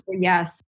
yes